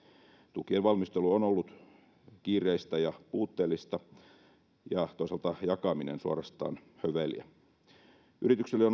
tukien valmistelu on ollut kiireistä ja puutteellista ja toisaalta jakaminen suorastaan höveliä yrityksille